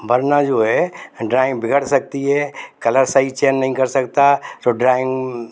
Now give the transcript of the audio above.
वरना जो है डराइंग बिगड़ सकती है कलर सही चयन नहीं कर सकता तो डराइंग